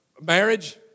marriage